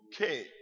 Okay